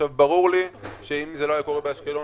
ברור לי שאם זה לא היה קורה באשקלון,